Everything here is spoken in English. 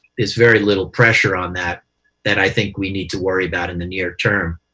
there's very little pressure on that that i think we need to worry about in the near term.